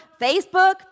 Facebook